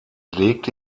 legte